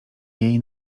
jej